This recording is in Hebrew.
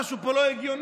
משהו פה לא הגיוני,